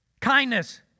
Kindness